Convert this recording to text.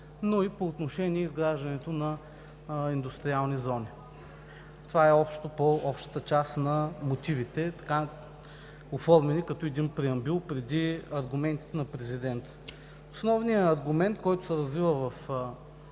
но и по отношение изграждането на индустриални зони. Това е по общата част на мотивите, оформени като преамбюл преди аргументите на президента. Основният аргумент, който се развива в